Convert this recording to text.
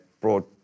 broad